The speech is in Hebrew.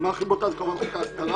הדוגמה הכי בוטה זה כמובן חוק ההסדרה,